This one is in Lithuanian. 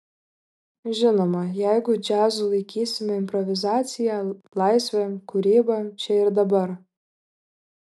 žinoma jeigu džiazu laikysime improvizaciją laisvę kūrybą čia ir dabar